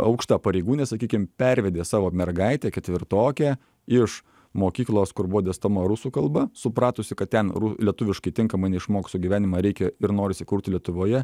aukšta pareigūnė sakykim pervedė savo mergaitę ketvirtokę iš mokyklos kur buvo dėstoma rusų kalba supratusi kad ten ru lietuviškai tinkamai neišmoks o gyvenimą reikia ir norisi kurti lietuvoje